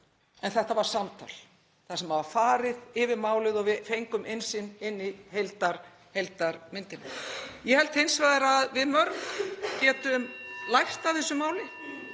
en þetta var samtal þar sem var farið yfir málið og við fengum innsýn í heildarmyndina. Ég held hins vegar að við mörg getum lært af þessu